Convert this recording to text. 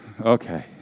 Okay